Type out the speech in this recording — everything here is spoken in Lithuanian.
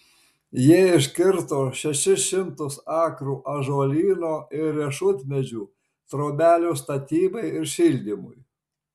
jie iškirto šešis šimtus akrų ąžuolyno ir riešutmedžių trobelių statybai ir šildymui